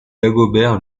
dagobert